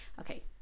okay